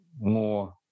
more